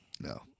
No